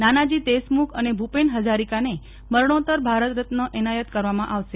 નાનાજી દેશમુખ અને ભૂપેન ફજારિકાને મરણોતર ભારતરત્ન એનાયત કરવામાં આવશે